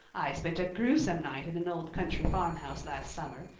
i spent a gruesome night in an old country farmhouse last summer.